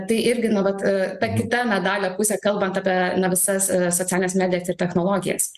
tai irgi nu vat ta kita medalio pusė kalbant apie na visas socialines medijas ir technologijas